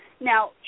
Now